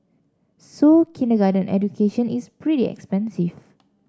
so kindergarten education is pretty expensive